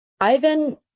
Ivan